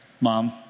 Mom